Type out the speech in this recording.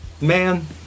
Man